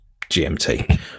GMT